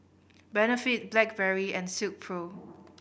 Benefit Blackberry and Silkpro